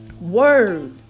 word